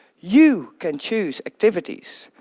you can choose activities.